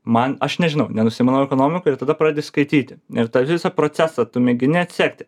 man aš nežinau nenusimanau ekonomikoj ir tada pradedi skaityti ir tą visą procesą tu mėgini atsekti